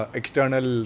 external